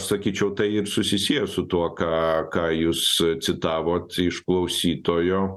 sakyčiau tai susisieja su tuo ką ką jūs citavot iš klausytojo